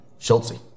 Schultzy